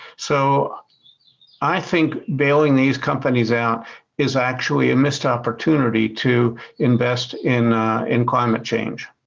so i think bailing these companies out is actually a missed opportunity to invest in in climate change.